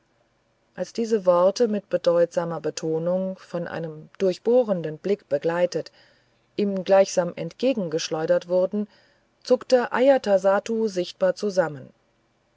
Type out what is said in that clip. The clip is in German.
als diese worte mit bedeutungsvoller betonung von einem durchbohrenden blick begleitet ihm gleichsam entgegengeschleudert wurden zuckte ajatasattu sichtbar zusammen